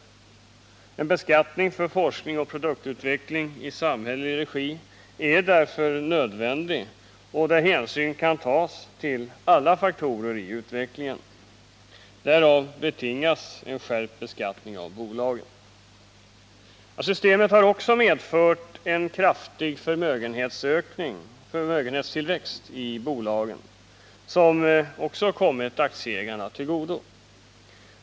Det är därför nödvändigt med en beskattning för forskning och utveckling i samhällelig regi, varvid hänsyn kan tas till alla faktorer i utvecklingen. Därav betingas en skärpt beskattning av bolagen. Systemet har också medfört en kraftig förmögenhetstillväxt i bolagen som kommit aktieägarna till godo.